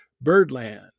Birdland